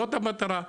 זו המטרה.